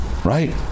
Right